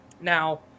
Now